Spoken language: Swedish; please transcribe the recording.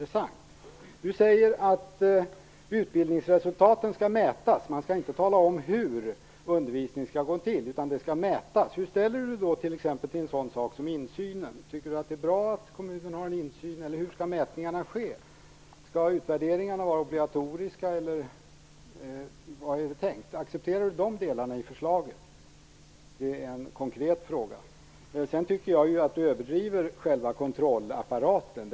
Han säger att utbildningsresultaten skall mätas. Man skall inte tala om hur undervisningen skall gå till utan det skall mätas. Hur ställer sig Widar Andersson till t.ex. insynen? Tycker Widar Andersson att det är bra att kommunen har en insyn, eller hur skall mätningarna ske? Skall utvärderingarna vara obligatoriska eller hur är det tänkt? Accepterar Widar Andersson dessa delar i förslaget? Det är en konkret fråga. Sedan tycker jag att Widar Andersson överdriver själva kontrollapparaten.